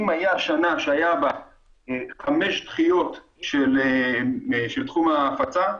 אם היה שנה שהיה בה חמש דחיות של תחום ההפצה,